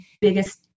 biggest